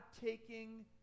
taking